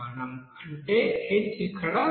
అంటే h ఇక్కడ సగం మీటర్